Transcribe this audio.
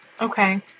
Okay